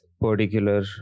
particular